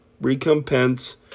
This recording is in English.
recompense